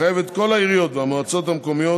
מחייב את כל העיריות והמועצות המקומיות,